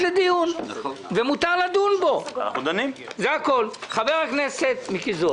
לא נכון, בעיניי.